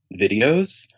videos